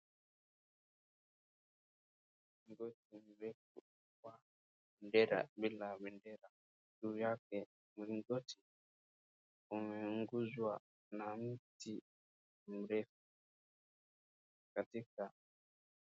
Mlingoti mrefu wa bendera bila bendera juu yake. Mlingoti umeguzwa na mti mrefu katika...